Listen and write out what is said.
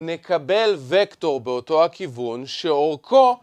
נקבל וקטור באותו הכיוון שאורכו